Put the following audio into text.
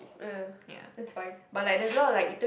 uh yeah it's fine